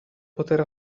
poter